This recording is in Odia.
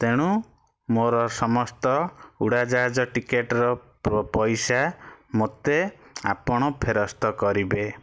ତେଣୁ ମୋର ସମସ୍ତ ଉଡ଼ାଜାହାଜ ଟିକେଟର ପଇସା ମୋତେ ଆପଣ ଫେରସ୍ତ କରିବେ